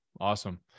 awesome